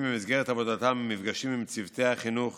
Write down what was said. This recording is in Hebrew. במסגרת עבודתם מפגשים עם צוותי החינוך